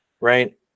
Right